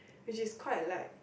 which is quite like